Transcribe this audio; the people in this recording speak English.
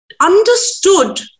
understood